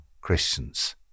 Christians